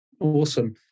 Awesome